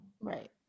Right